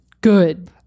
Good